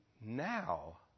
now